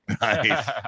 Nice